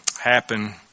happen